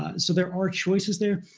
ah so there are choices there.